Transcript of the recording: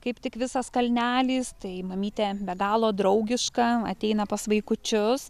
kaip tik visas kalnelis tai mamytė be galo draugiška ateina pas vaikučius